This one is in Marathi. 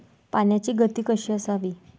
पाण्याची गती कशी असावी?